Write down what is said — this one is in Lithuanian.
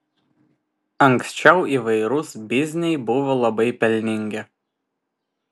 anksčiau įvairūs bizniai buvo labai pelningi